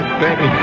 baby